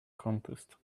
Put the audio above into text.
contest